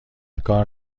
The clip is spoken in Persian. کار